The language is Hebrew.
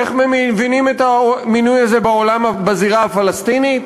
איך מבינים את המינוי הזה בזירה הפלסטינית?